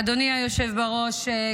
אדוני היושב-ראש,